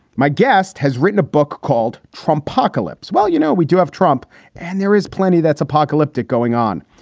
my guest has written a book called trump pocalypse. well, you know, we do have trump and there is plenty that's apocalyptic going on.